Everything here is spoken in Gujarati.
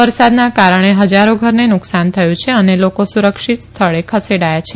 વરસાદના કારણે હજારો ઘરને નુકસાન થયું છે અને લોકો સુરક્ષિત સ્થળે ખસેડાયા છે